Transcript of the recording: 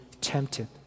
tempted